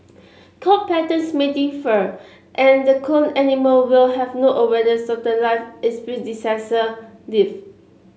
coat patterns may differ and the cloned animal will have no the life its predecessor lived